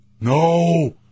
No